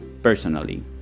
personally